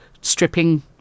stripping